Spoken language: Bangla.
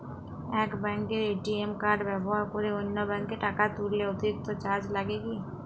এক ব্যাঙ্কের এ.টি.এম কার্ড ব্যবহার করে অন্য ব্যঙ্কে টাকা তুললে অতিরিক্ত চার্জ লাগে কি?